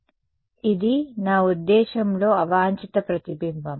కాబట్టి ఇది నా ఉద్దేశ్యంలో అవాంఛిత ప్రతిబింబం